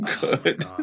good